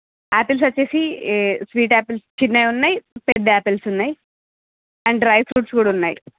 apples వచ్చేసి sweet apples చిన్న ఉన్నాయి పెద్ధ ఆపిల్స్ ఉన్నాయి అండ్ డ్రై ఫ్రూట్స్ కూడా ఉన్నాయి